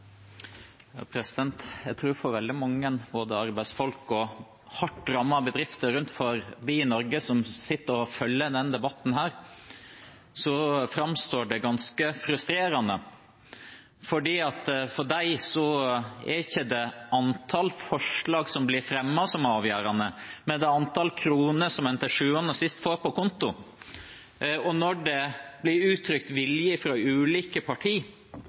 Jeg tror at for veldig mange, både arbeidsfolk og hardt rammede bedrifter rundt om i Norge som sitter og følger denne debatten, framstår dette som ganske frustrerende. For dem er det ikke antall forslag som blir fremmet, som er avgjørende, det er antall kroner som en til sjuende og sist får på konto. Når det blir uttrykt vilje fra ulike